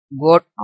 got